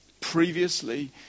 Previously